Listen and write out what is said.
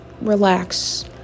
relax